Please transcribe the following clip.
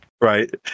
Right